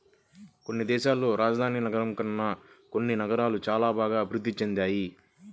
కొన్ని దేశాల్లో రాజధాని నగరం కన్నా కొన్ని నగరాలు చానా బాగా అభిరుద్ధి చెందాయి